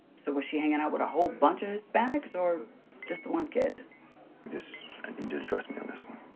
so was she hanging out with a whole bunch of hispanics or just the one kid? just i need you to trust me on this one.